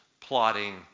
plotting